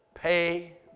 pay